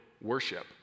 worship